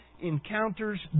encounters